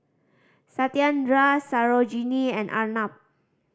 Satyendra Sarojini and Arnab